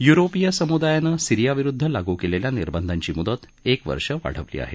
युरोपीय समुदायानं सीरियाविरूद्व लागू केलेल्या निर्बंधांची मुदत एक वर्ष वाढवली आहे